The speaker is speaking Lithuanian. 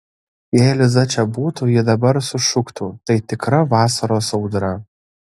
jei liza čia būtų ji dabar sušuktų tai tikra vasaros audra